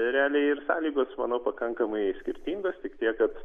realiai ir sąlygos manau pakankamai skirtingos tik tiek kad